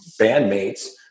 bandmates